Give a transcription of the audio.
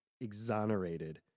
exonerated